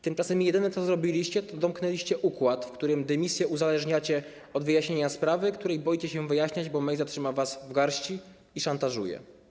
Tymczasem jedyne, co zrobiliście, to domknęliście układ, w którym dymisję uzależniacie od wyjaśnienia sprawy, której boicie się wyjaśniać, bo Mejza trzyma was w garści i szantażuje.